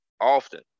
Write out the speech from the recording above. often